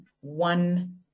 one